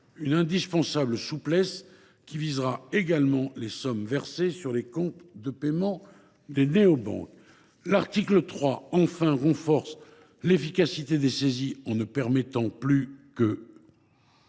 indispensable, qui visera également les sommes versées sur les comptes de paiement des néobanques. L’article 3 vise à renforcer l’efficacité des saisies en ne permettant plus que